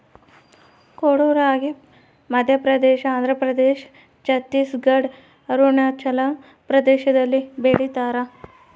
ಕೊಡೋ ರಾಗಿ ಮಧ್ಯಪ್ರದೇಶ ಆಂಧ್ರಪ್ರದೇಶ ಛತ್ತೀಸ್ ಘಡ್ ಅರುಣಾಚಲ ಪ್ರದೇಶದಲ್ಲಿ ಬೆಳಿತಾರ